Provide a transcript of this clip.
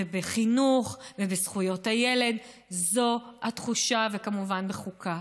בחינוך, בזכויות הילד וכמובן בחוקה.